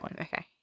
Okay